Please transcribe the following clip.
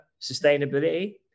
sustainability